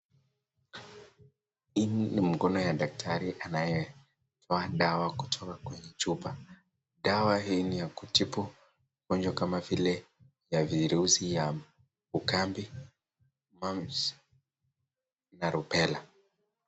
Hii ni mkono ya daktari anayetoa dawa kutoka kwenye chupa, dawa hii ni ya kutibu ugonjwa kama vile ya virusi ya ukambi, mumps na rubela.